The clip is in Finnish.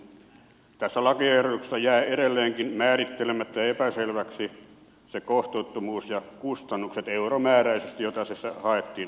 tässä lakiehdotuksessa jää edelleenkin määrittelemättä ja epäselväksi se kohtuuttomuus ja kustannukset euromääräisesti jota tässä haettiin